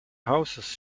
houses